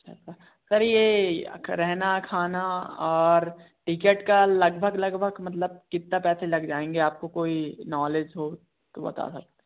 अच्छा सर ये रहना खाना और टिकेट का लगभग लगभग मतलब कितने पैसे लग जाएंगे आपको कोई नॉलेज हो तो बता सक